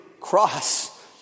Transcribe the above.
cross